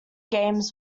games